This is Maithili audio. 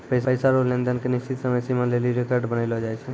पैसा रो लेन देन के निश्चित समय सीमा लेली रेकर्ड बनैलो जाय छै